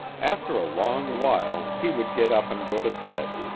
after a long while, he would get up and go to bed,